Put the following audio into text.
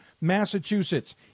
Massachusetts